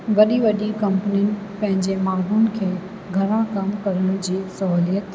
वॾियूं वॾियूं कंपनियूं पंहिंजे माण्हुनि खे घरां कमु करण जी सहूलियत